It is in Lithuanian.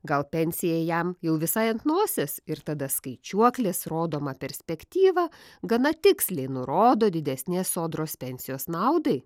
gal pensija jam jau visai ant nosies ir tada skaičiuoklės rodoma perspektyva gana tiksliai nurodo didesnės sodros pensijos naudai